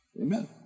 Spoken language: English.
Amen